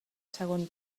segon